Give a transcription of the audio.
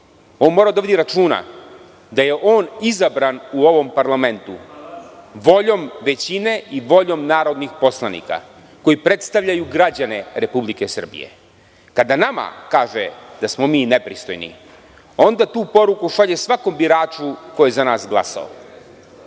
mora da vodi računa da je on izabran u ovom parlamentu voljom većine i voljom narodnih poslanika, koji predstavljaju građane Republike Srbije. Kada nama kaže da smo mi nepristojni, onda tu poruku šalje svakom biraču koji je za nas glasao.